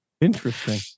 interesting